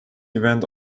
event